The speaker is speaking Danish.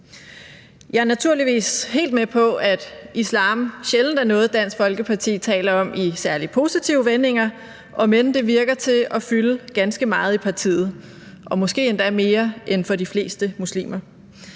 Jeg er naturligvis helt med på, at islam sjældent er noget, som Dansk Folkeparti taler om i særlig positive vendinger, om end det synes at fylde ganske meget i partiet og måske endda mere end for de fleste muslimer.